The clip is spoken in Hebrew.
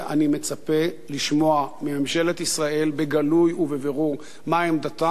אני מצפה לשמוע מממשלת ישראל בגלוי ובבירור מה עמדתה,